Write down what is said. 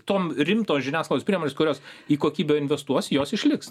tom rimtos žiniasklaidos priemonės kurios į kokybę investuos jos išliks